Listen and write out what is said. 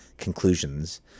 conclusions